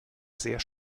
sehr